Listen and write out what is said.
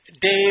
Dave